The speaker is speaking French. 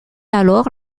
alors